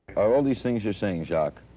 are all of these things you are saying jacque,